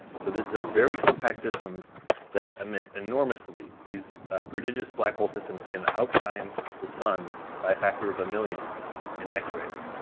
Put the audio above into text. so this is a very compact systems that emit enormously, these prodigious black hole systems can outshine the sun by a factor of a million in x-rays.